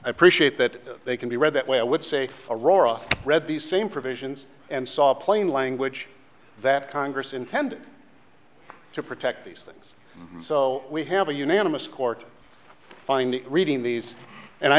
appreciate that they can be read that way i would say aurora read the same provisions and saw plain language that congress intended to protect these things so we have a unanimous court finding reading these and i